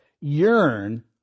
yearn